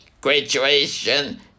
graduation